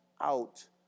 out